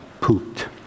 pooped